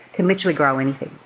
can literally grow anything.